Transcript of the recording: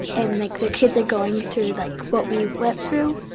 and like, their kids are going through, like, what we went through.